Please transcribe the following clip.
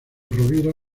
rovira